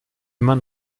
immer